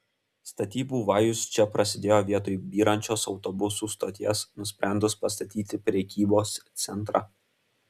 statybų vajus čia prasidėjo vietoj byrančios autobusų stoties nusprendus pastatyti prekybos centrą